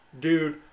dude